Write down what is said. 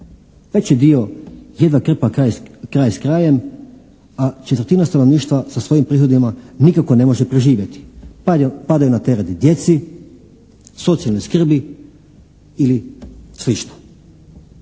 Veći dio jedva krpa kraj s krajem, a četvrtina stanovništva sa svojim prihodima nikako ne može preživjeti. Padaju na teret djeci, socijalnoj skrbi ili slično.